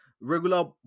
regular